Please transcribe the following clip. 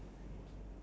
oh